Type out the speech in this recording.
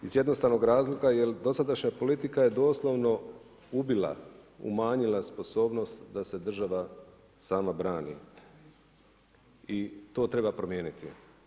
Iz jednostavnog razloga, jer dosadašnja politika je doslovno ubila umanjila sposobnost da se država sama brani i to treba promijeniti.